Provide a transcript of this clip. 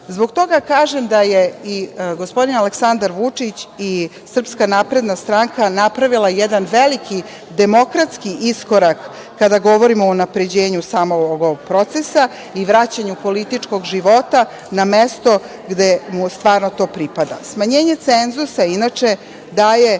toga kaže da je i gospodin Aleksandar Vučić i SNS napravila jedan veliki, demokratski iskorak kada govorimo o unapređenju samog ovog procesa i vraćanju političkog života na mesto gde mu stvarno to pripada. Smanjenje cenzusa, inače, daje